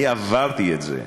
אני עברתי את זה,